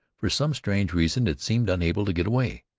for some strange reason it seemed unable to get away.